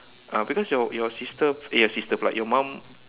ah because your your sister eh your sister pula your mom